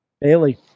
Bailey